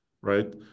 right